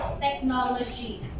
technology